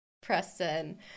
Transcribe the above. Preston